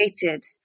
created